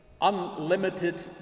unlimited